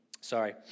sorry